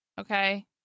Okay